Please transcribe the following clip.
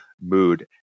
mood